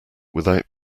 without